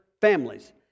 families